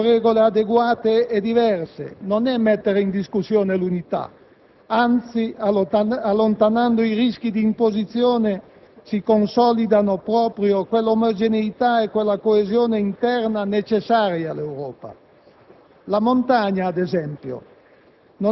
trattare situazioni diverse secondo regole adeguate e diverse, non è mettere in discussione l'unità; anzi, allontanando i rischi di imposizione, si consolidano proprio quella omogeneità e quella coesione interna necessaria all'Europa.